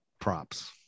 props